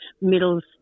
middles